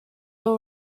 all